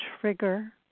trigger